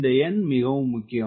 இந்த எண் மிகவும் முக்கியம்